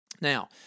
Now